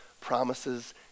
promises